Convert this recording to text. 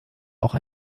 auch